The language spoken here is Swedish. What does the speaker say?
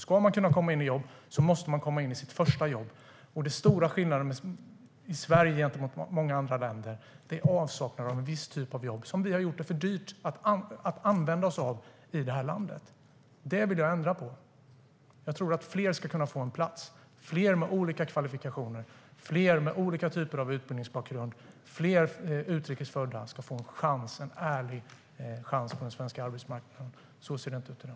Ska man kunna komma i jobb måste man få sitt första jobb, och den stora skillnaden mellan Sverige och många andra länder är avsaknaden av en viss typ av jobb som vi har gjort det för dyrt att ha i det här landet. Det vill jag ändra på. Jag tror att fler ska kunna få en plats. Fler med olika kvalifikationer, fler med olika typer av utbildningsbakgrund och fler utrikes födda ska få en ärlig chans på den svenska arbetsmarknaden. Så ser det inte ut i dag.